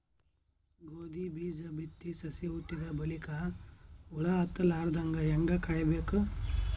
ಗೋಧಿ ಬೀಜ ಬಿತ್ತಿ ಸಸಿ ಹುಟ್ಟಿದ ಬಲಿಕ ಹುಳ ಹತ್ತಲಾರದಂಗ ಹೇಂಗ ಕಾಯಬೇಕು?